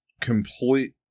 complete